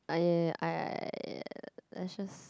I I I just